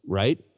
right